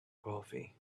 coffee